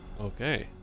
okay